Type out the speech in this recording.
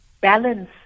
balance